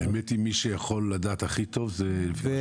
האמת היא מי שיכול לדעת הכי טוב זה ביטוח לאומי.